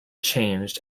changed